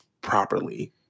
properly